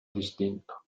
distinto